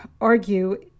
argue